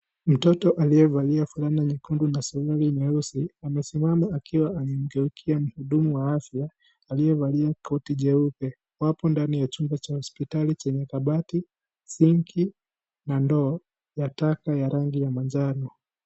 Mtoto aliyevalia fulana nyekundu na suruali nyeusi amesimama akiwa amamgeukia muhudumu wa afya aliyevslia koti nyeupe wapo ndani ya chumba cha hosiptali chenye kabati ,sinki na ndoo ya taka ya rangi ya njano.